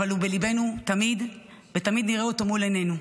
אבל הוא בליבנו תמיד ותמיד נראה אותו מול עינינו.